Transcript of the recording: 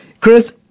Chris